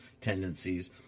tendencies